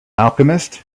alchemist